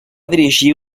dirigir